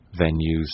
venues